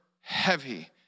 heavy